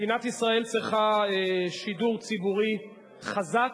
מדינת ישראל צריכה שידור ציבורי חזק,